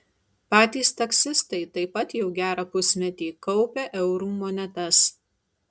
patys taksistai taip pat jau gerą pusmetį kaupia eurų monetas